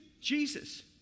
Jesus